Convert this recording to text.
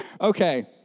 Okay